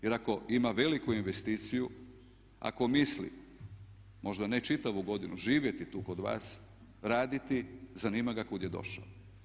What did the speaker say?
Jer ako ima veliku investiciju, ako misli možda ne čitavu godinu živjeti tu kod vas, raditi zanima ga kud je došao.